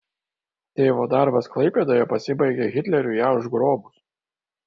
tėvo darbas klaipėdoje pasibaigė hitleriui ją užgrobus